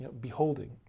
Beholding